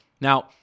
Now